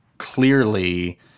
Clearly